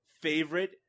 Favorite